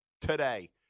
today